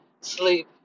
sleep